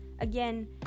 again